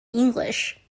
english